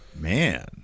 man